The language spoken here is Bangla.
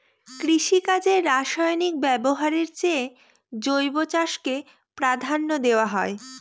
কৃষিকাজে রাসায়নিক ব্যবহারের চেয়ে জৈব চাষকে প্রাধান্য দেওয়া হয়